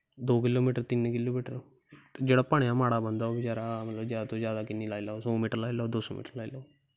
दो kilometre तिन्न kilometre जेह्ड़ा भलेआं गै माड़ा बंदा होग जैदा तो जैदा किन्नी लाई लैग सौ मीटर लाई लैग दो सौ मीटर लाई लैग